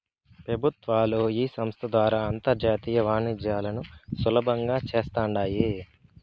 పెబుత్వాలు ఈ సంస్త ద్వారా అంతర్జాతీయ వాణిజ్యాలను సులబంగా చేస్తాండాయి